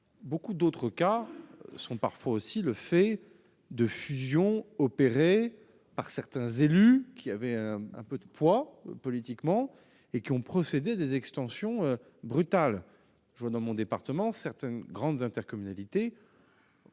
Dans d'autres cas, on a assisté à des fusions opérées par des élus qui avaient un peu de poids politique et qui ont procédé à des extensions brutales. Dans mon département, certaines grandes intercommunalités